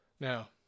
Now